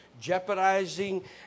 jeopardizing